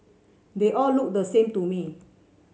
they all looked the same to me